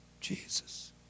Jesus